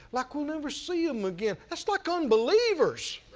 like we'll never see them again? that's like unbelievers